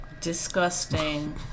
disgusting